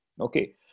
Okay